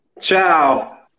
Ciao